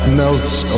melts